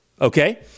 okay